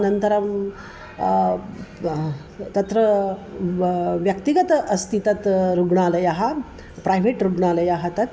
अनन्तरं तत्रा व्यक्तिगत अस्ति तत् रुग्णालयः प्रैवेट् रुग्णालयः तत्